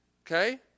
okay